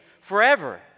forever